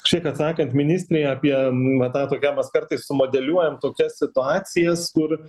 šiek atsakant ministrei apie m va tą tokią mes kartais sumodeliuojam tokias situacijas kur